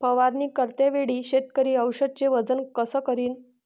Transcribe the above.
फवारणी करते वेळी शेतकरी औषधचे वजन कस करीन?